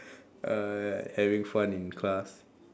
uh having fun in class